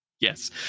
Yes